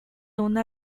una